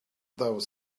those